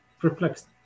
perplexed